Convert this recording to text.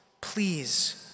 please